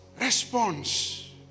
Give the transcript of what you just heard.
response